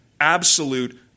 absolute